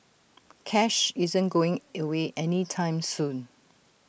cash isn't going away any time soon